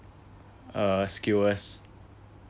uh skewers